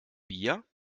bier